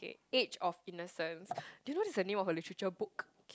age-of-innocence do you know that's the name of a literature book